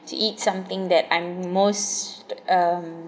to eat something that I'm most um